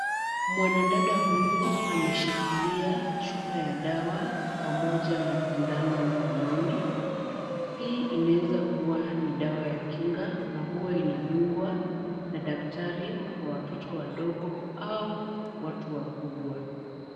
Mwanadada huyu ameshikilia chupa ya dawa pamoja na sindano mkononi. Hii inaweza kuwa ni dawa ya kinga na huwa inadungwa na daktari kwa watoto wadogo au watu wakubwa.